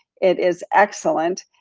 it is excellent.